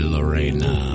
Lorena